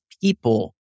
people